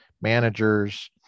managers